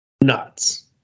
nuts